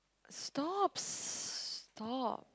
stop stop